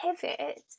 pivot